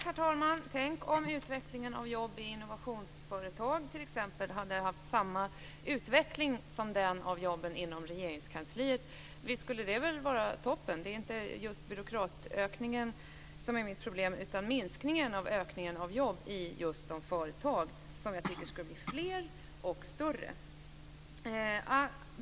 Herr talman! Tänk om utvecklingen av jobb inom innovationsföretag t.ex. hade varit likadan som den inom Regeringskansliet. Visst skulle det väl vara toppen! Det är inte just byråkratökningen som är mitt problem, utan minskningen av ökningen av jobb i de företag som jag tycker ska bli fler och större.